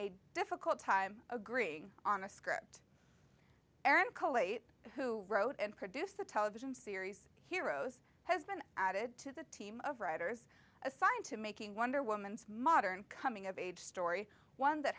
a difficult time agreeing on a script and kohli who wrote and produced the television series heroes has been added to the team of writers assigned to making wonder woman's modern coming of age story one that